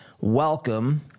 welcome